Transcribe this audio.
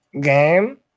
game